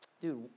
dude